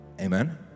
amen